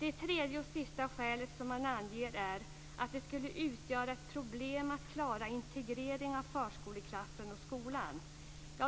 Det tredje och sista skäl som man anger är att det skulle utgöra ett problem att klara integrering av förskoleklassen och skolan.